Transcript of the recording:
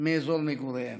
מאזור מגוריהן.